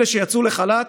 אלה שיצאו לחל"ת,